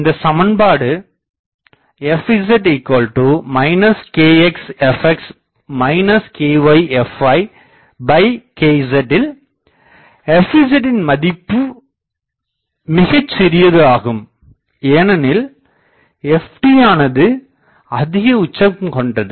இந்தச் சமன்பாடு fz kxfx kyfykzல் "fz" மதிப்பு மதிப்பு மிகச்சிறியது ஆகும் ஏனெனில் "ft" யானது அதிகஉச்சம் கொண்டது